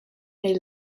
neu